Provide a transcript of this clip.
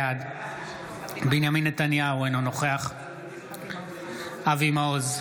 בעד בנימין נתניהו, אינו נוכח אבי מעוז,